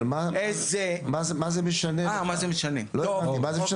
אבל מה זה משנה, מה זה משנה לך?